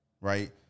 Right